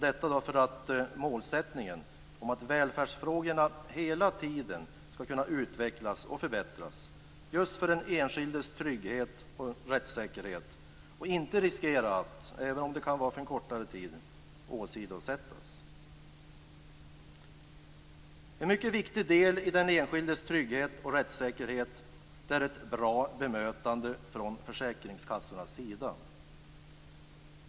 Detta är för att målsättningen att välfärdsfrågorna hela tiden skall kunna utvecklas och förbättras just för den enskildes trygghet och rättssäkerhet och inte riskera att, även om det kan vara för en kortare tid, åsidosättas. En mycket viktig del i den enskildes trygghet och rättssäkerhet är ett bra bemötande från försäkringskassornas sida.